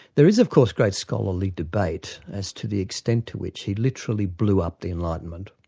there is of course great scholarly debate as to the extent to which he literally blew up the enlightenment.